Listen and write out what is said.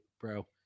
bro